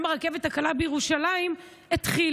גם הרכבת הקלה בירושלים התחילה,